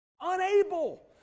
Unable